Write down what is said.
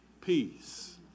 Peace